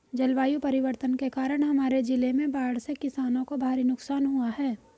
जलवायु परिवर्तन के कारण हमारे जिले में बाढ़ से किसानों को भारी नुकसान हुआ है